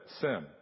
sin